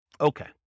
Okay